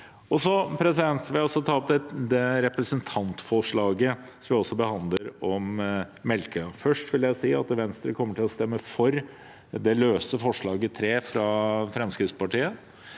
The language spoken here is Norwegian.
Så til det representantforslaget vi også behandler, om Melkøya: Først vil jeg si at Venstre kommer til å stemme for løst forslag, nr. 3, fra Fremskrittspartiet.